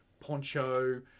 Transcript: poncho